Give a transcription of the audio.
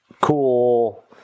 cool